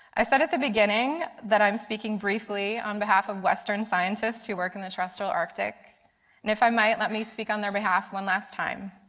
i said at the beginning that i am speaking briefly on behalf of western scientists who work in the terrestrial arctic and if i might, let me speak on their behalf one last time.